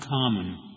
common